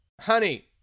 honey